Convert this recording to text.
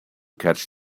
catch